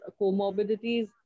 comorbidities